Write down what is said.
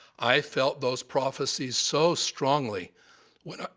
i felt those prophecies so strongly when